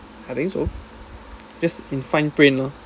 I think so just in fine print lor